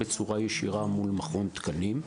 בצורה ישירה מול מכון התקנים.